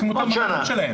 בעוד שנה.